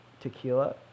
tequila